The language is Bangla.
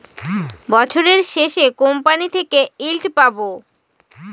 বছরের শেষে কোম্পানি থেকে ইল্ড পাবো